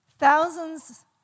Thousands